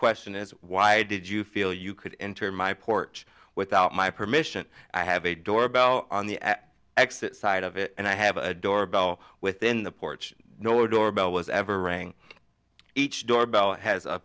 question is why did you feel you could enter my porch without my permission i have a doorbell on the exit side of it and i have a doorbell within the porch nor doorbell was ever rang each doorbell has a